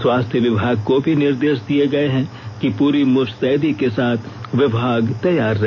स्वास्थ्य विभाग को भी निर्देश दिये गए हैं कि पूरी मुस्तैदी के साथ विभाग तैयार रहे